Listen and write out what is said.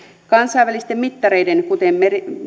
kansainvälisten mittareiden kuten